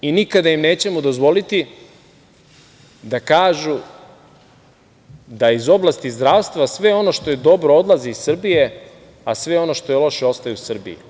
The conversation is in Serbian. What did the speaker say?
Nikada im nećemo dozvoliti da kažu da iz oblasti zdravstva sve ono što je dobro odlazi iz Srbije, a sve ono što je loše ostaje u Srbiji.